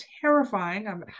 terrifying